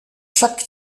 chaque